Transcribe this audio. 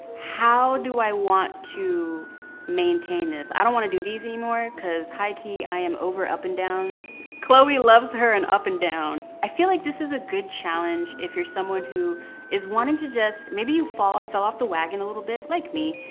how do i want to maintain this? i don't wanna do these anymore, cause high-key, i am over up and downs. chloe loves her an up and down. i feel like this is a good challenge if you're someone who is wanting to just. maybe you fell off the wagon a little bit, like me.